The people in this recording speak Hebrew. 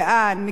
מגדל-העמק,